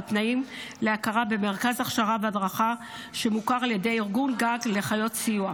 והתנאים להכרה במרכז הכשרה בהדרכה שמוכר על ידי ארגון גג לחיות סיוע.